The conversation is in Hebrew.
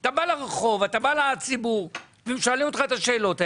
אתה בא לרחוב אתה בא לציבור והם שואלים אותך את השאלות האלה,